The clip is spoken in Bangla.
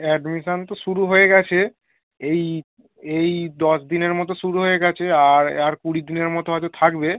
অ্যাডমিশান তো শুরু হয়ে গেছে এই এই দশ দিনের মতো শুরু হয়ে গেছে আর আর কুড়ি দিনের মতো হয়তো থাকবে